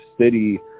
city